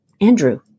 Andrew